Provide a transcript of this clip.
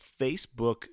Facebook